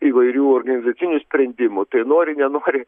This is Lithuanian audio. įvairių organizacinių sprendimų tai nori nenori